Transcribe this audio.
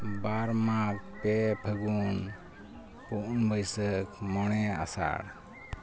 ᱵᱟᱨ ᱢᱟᱜᱽ ᱯᱮ ᱯᱷᱟᱹᱜᱩᱱ ᱯᱩᱱ ᱵᱟᱹᱭᱥᱟᱹᱠᱷ ᱢᱚᱬᱮ ᱟᱥᱟᱲ